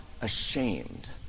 ashamed